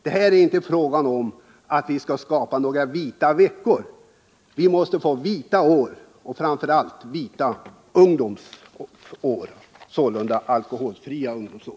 Det är inte fråga om att vi skall skapa vita veckor, vi måste få vita år och framför allt vita, alkoholfria ungdomsår.